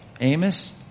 Amos